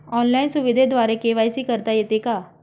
Online सुविधेद्वारे KYC करता येते का?